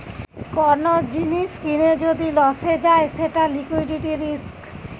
কোন জিনিস কিনে যদি লসে যায় সেটা লিকুইডিটি রিস্ক